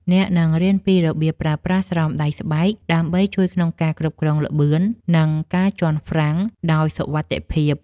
អ្នកនឹងរៀនពីរបៀបប្រើប្រាស់ស្រោមដៃស្បែក ដើម្បីជួយក្នុងការគ្រប់គ្រងល្បឿន និងការជាន់ហ្វ្រាំងដោយសុវត្ថិភាព។